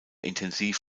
intensiv